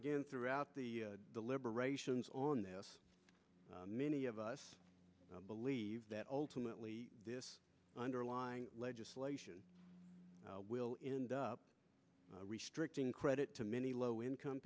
again throughout the deliberations on the house many of us believe that ultimately this underlying legislation will end up restricting credit to many low income